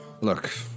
look